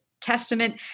Testament